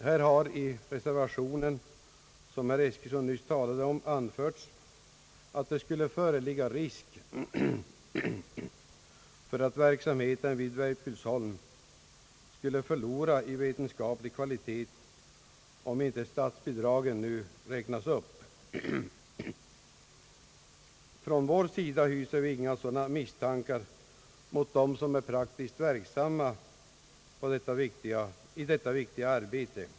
Här har i den reservation som herr Eskilsson nyss talade om anförts, att det skulle föreligga risk för att verksamheten vid Weibullsholm skulle förlora i vetenskaplig kvalitet om inte statsbidraget nu räknades upp. Från vår sida hyser vi inga sådana misstankar mot dem som är praktiskt verksamma i detta viktiga arbete.